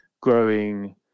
growing